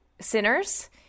sinners